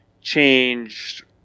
changed